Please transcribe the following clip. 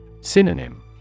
Synonym